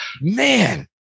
Man